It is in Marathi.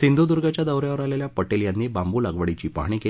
सिंधुदुर्गच्या दौऱ्यावर आलेल्या पटेल यांनी बांबू लागवडीची पाहणी केली